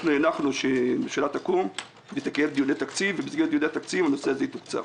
הנחנו שממשלה תקום ובמסגרת דיוני התקציב הנושא הזה יתוקצב.